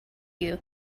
you